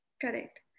correct